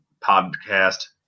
podcast